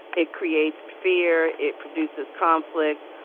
it creates fear, it produces conflict.